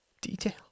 detail